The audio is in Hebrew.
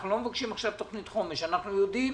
אנחנו לא מבקשים עכשיו תוכנית חומש, אנחנו יודעים